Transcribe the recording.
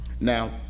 Now